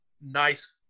nice